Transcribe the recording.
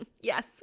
Yes